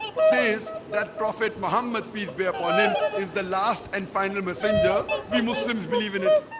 says that prophet muhammad peace be upon him is the last and final messenger. we muslims believe in it